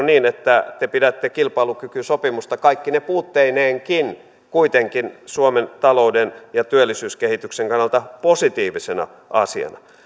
niin että te pidätte kilpailukykysopimusta kaikkine puutteineenkin kuitenkin suomen talouden ja työllisyyskehityksen kannalta positiivisena asiana